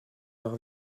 leur